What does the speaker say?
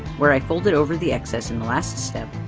where i folded over the excess in the last step,